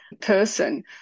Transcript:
person